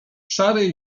szary